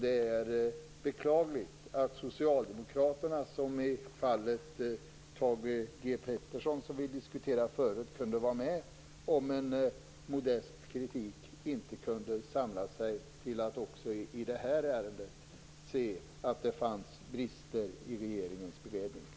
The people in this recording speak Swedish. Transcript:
Det är beklagligt att socialdemokraterna i det här ärendet inte kunde se att det fanns brister i regeringens beredning. I fallet med Thage G Peterson, som vi diskuterade förut, hade ju socialdemokraterna en modest kritik.